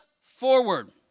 forward